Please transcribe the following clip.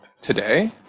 today